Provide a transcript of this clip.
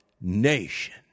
nation